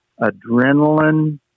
adrenaline